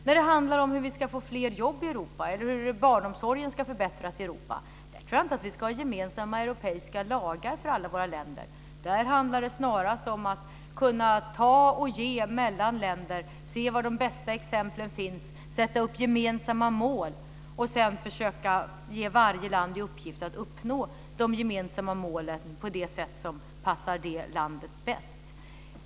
När det handlar om hur vi ska få fler jobb i Europa eller om hur barnomsorgen ska förbättras i Europa så tror jag inte att vi ska ha gemensamma europeiska lagar för alla våra länder. Där handlar det snarast om att kunna ta och ge mellan länder, se var de bästa exemplen finns, sätta upp gemensamma mål och sedan försöka ge varje land i uppgift att uppnå de gemensamma målen på det sätt som passar det landet bäst.